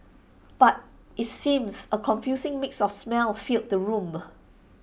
but IT seems A confusing mix of smells filled the room